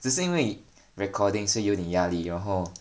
只是因为 recording 所以有点压力然后